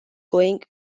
going